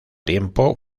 tiempo